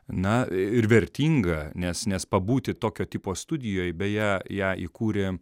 na ir vertinga nes nes pabūti tokio tipo studijoj beje ją įkūrė